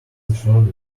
third